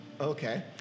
Okay